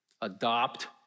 Adopt